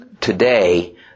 today